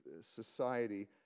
society